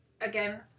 again